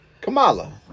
Kamala